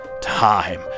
time